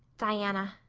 diana,